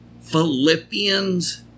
Philippians